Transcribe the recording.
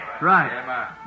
Right